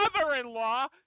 mother-in-law